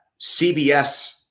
CBS